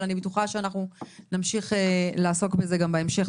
אבל אני בטוחה שאנחנו נמשיך לעסוק בזה גם בהמשך,